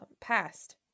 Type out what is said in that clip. past